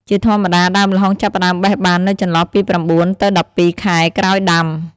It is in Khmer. ជាធម្មតា ដើមល្ហុងចាប់ផ្ដើមបេះបាននៅចន្លោះពី ៩ ទៅ ១២ ខែក្រោយដាំ។